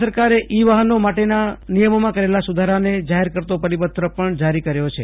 રાજ્ય સરકારે ઈ વાહનો માટેના નિયમોમાં કરેલા સુધારાને જાહેર કરતો પરિપત્ર પણ જારી કર્યો છે